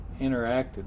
interacted